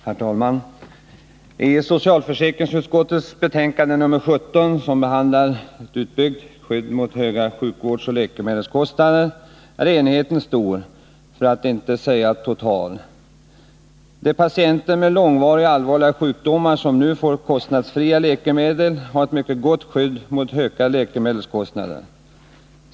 Herr talman! I socialförsäkringsutskottets betänkande nr 17, där utbyggt skydd mot höga sjukvårdsoch läkemedelskostnader behandlas, är enigheten stor, för att inte säga total. De patienter med långvariga och allvarliga sjukdomar som nu får kostnadsfria läkemedel har ett mycket gott skydd mot höga läkemedelskostnader.